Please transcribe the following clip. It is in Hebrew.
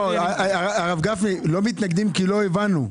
הרב גפני, לא מתנגדים כי לא הבנו.